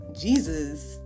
Jesus